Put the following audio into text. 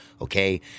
Okay